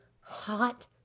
hot